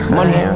money